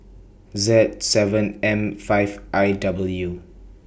Z seven M five I W